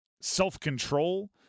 self-control